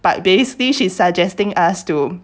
but basically she's suggesting us to